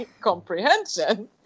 comprehension